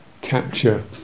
capture